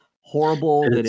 horrible